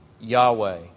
Yahweh